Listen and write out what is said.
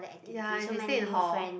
ya you should stay in hall